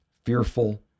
Fearful